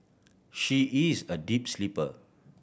she is a deep sleeper